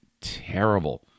terrible